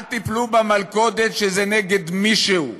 אל תיפלו במלכודת שזה נגד מישהו.